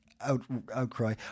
outcry